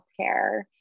healthcare